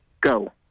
go